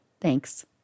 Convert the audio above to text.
Thanks